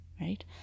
right